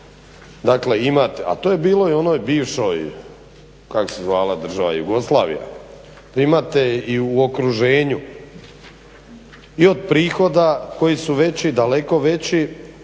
dakle imate, a to je bilo i u onoj bivšoj, kako se zvala država Jugoslavija, imate i u okruženju i od prihoda koji su veći, daleko veći